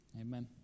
Amen